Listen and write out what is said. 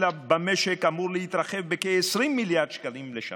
במשק אמור להתרחב בכ-20 מיליארד שקלים בשנה.